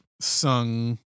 sung